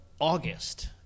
August